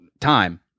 time